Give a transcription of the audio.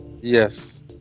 Yes